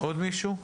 עוד מישהו?